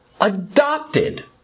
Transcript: adopted